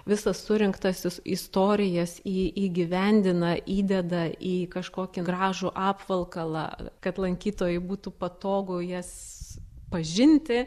visas surinktas is istorijas į įgyvendina įdeda į kažkokį gražų apvalkalą kad lankytojui būtų patogu jas pažinti